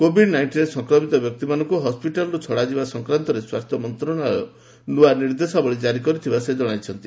Covid ନାଇଷ୍ଟିନ୍ରେ ସଂକ୍ରମିତ ବ୍ୟକ୍ତିମାନଙ୍କୁ ହସ୍ୱିଟାଲ୍ରୁ ଛଡ଼ାଯିବା ସଂକ୍ରାନ୍ତରେ ସ୍ୱାସ୍ଥ୍ୟ ମନ୍ତ୍ରଣାଳୟ ନୂଆ ନିର୍ଦ୍ଦେଶାବଳୀ କାରି କରିଥିବାର ସେ ଜଣାଇଛନ୍ତି